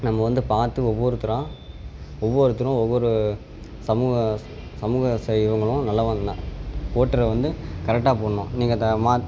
நம்ம வந்து பார்த்து ஒவ்வொருத்தரா ஒவ்வொருத்தரும் ஒவ்வொரு சமூக சமூக செய் இவங்களும் நல்லவங்க ஓட்டரை வந்து கரெக்டாக போடணும் நீங்கள் த மாத்